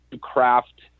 craft